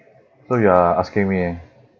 so you are asking me